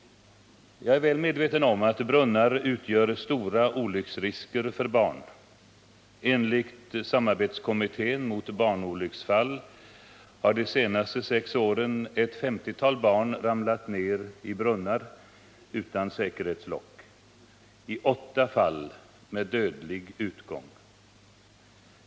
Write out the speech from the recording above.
Jag är väl medveten om att brunnar utgör stora olycksrisker för barn. Enligt samarbetskommittén mot barnolycksfall har de senaste sex åren ett 50-tal barn ramlat ner i brunnar utan säkerhetslock, i åtta fall med dödlig utgång.